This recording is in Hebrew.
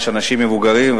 יש אנשים מבוגרים,